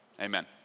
Amen